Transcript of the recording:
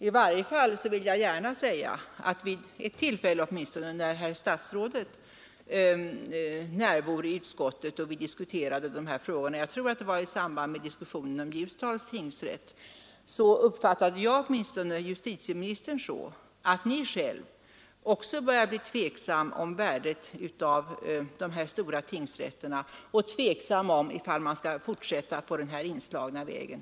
I varje fall uppfattade jag vid ett tillfälle statsrådet så när Ni var närvarande i utskottet — jag tror att det var i samband med diskussionen om Ljusdals tingsrätt — att också Ni själv börjar bli tveksam om värdet av de stora tingsrätterna och om huruvida man skall fortsätta på den inslagna vägen.